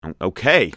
Okay